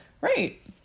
Right